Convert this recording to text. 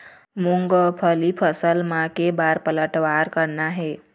मूंगफली फसल म के बार पलटवार करना हे?